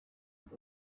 kuri